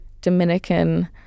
Dominican